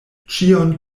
ĉion